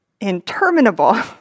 interminable